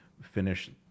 finish